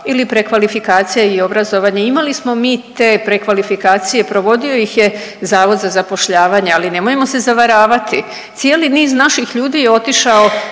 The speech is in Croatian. ili prekvalifikacija i obrazovanje. Imali smo mi te prekvalifikacije, provodio ih je Zavod za zapošljavanje, ali nemojmo se zavaravati, cijeli niz naših ljudi je otišao